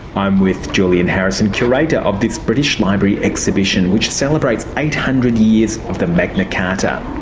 i'm with julian harrison, curator of this british library exhibition which celebrates eight hundred years of the magna carta.